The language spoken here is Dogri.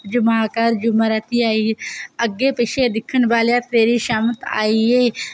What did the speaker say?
जुम्मा कर जुम्मा राती आई ऐ अग्गें पिच्छें दिक्खन बाल्लेआ तेरी शामत आई ऐ